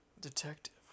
Detective